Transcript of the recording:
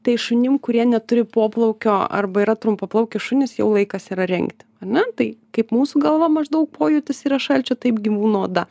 tai šunim kurie neturi poplaukio arba yra trumpaplaukiai šunys jau laikas yra rengti ar ne tai kaip mūsų galva maždaug pojūtis yra šalčio taip gyvūno oda